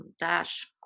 Dash